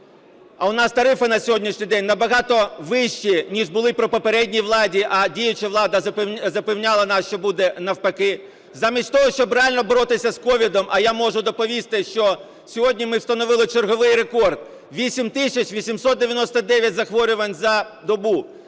а у нас тарифи на сьогоднішній день набагато вищі ніж були при попередній владі, а діюча влада запевняла нас, що буде навпаки, замість того, щоб реально боротися з COVID, а я можу доповісти, що сьогодні ми встановили черговий рекорд – 8 тисяч 899 захворювань за добу,